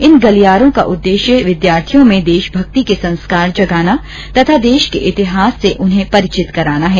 इन गलियारों का उद्देश्य विद्यार्थियों में देशमक्ति के संस्कार जगाना तथा देश के इतिहास से परिचय कराना है